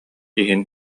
иһин